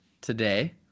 today